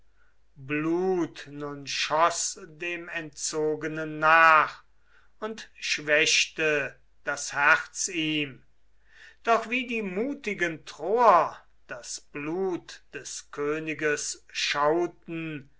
blut nun schoß dem entzogenen nach und schwächte das herz ihm doch wie die mutigen troer das blut des königes schauten